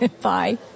bye